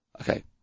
Okay